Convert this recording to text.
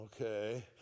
Okay